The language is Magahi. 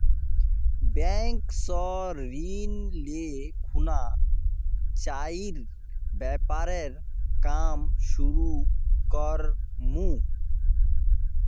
बैंक स ऋण ले खुना चाइर व्यापारेर काम शुरू कर मु